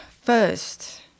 first